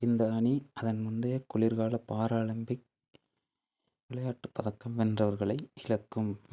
இந்த அணி அதன் முந்தைய குளிர்கால பாராலிம்பிக் விளையாட்டு பதக்கம் வென்றவர்களை இழக்கும்